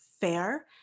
fair